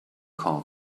call